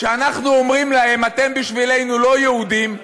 כשאנחנו אומרים להם: אתם בשבילנו לא יהודים,